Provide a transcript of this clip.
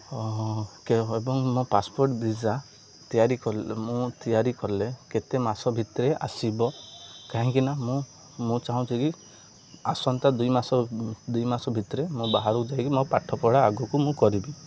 ଏବଂ ମୋ passport visa ତିଆରି କଲେ ମୁଁ ତିଆରି କଲେ କେତେ ମାସ ଭିତରେ ଆସିବ କାହିଁକିନା ମୁଁ ମୁଁ ଚାହୁଁଛିକି ଆସନ୍ତା ଦୁଇ ମାସ ଦୁଇ ମାସ ଭିତରେ ମୋ ବାହାରକୁ ଯାଇକି ମୋ ପାଠପଢ଼ା ଆଗକୁ ମୁଁ କରିବି